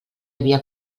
havia